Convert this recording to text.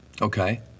Okay